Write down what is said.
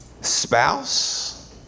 spouse